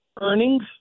earnings